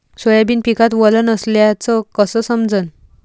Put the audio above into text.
Soybean पिकात वल नसल्याचं कस समजन?